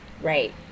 right